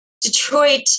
Detroit